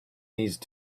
these